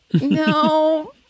No